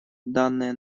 данное